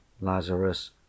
lazarus